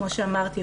כמו שאמרתי,